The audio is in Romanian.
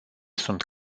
sunt